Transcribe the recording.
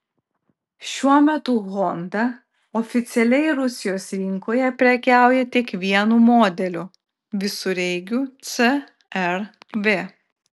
šiuo metu honda oficialiai rusijos rinkoje prekiauja tik vienu modeliu visureigiu cr v